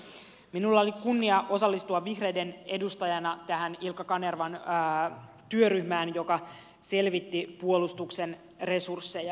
minulla oli kunnia osallistua vihreiden edustajana tähän ilkka kanervan työryhmään joka selvitti puolustuksen resursseja